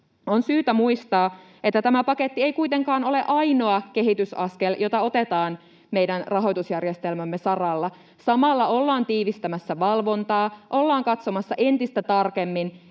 On syytä muistaa, että tämä paketti ei kuitenkaan ole ainoa kehitysaskel, jota otetaan meidän rahoitusjärjestelmämme saralla. Samalla ollaan tiivistämässä valvontaa, ollaan katsomassa entistä tarkemmin,